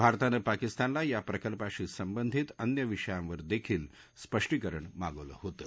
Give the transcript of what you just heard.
भारतानं पाकिस्तानला या प्रकल्पाशी संबधित अन्य विषयांवर दखील स्पष्टीकरण मागवलं होतं